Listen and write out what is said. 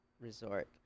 resort